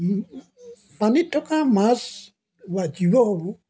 পানীত থকা মাছ বা জীৱসমূহ